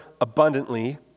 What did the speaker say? abundantly